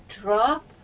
drop